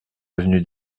avenue